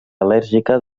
al·lèrgica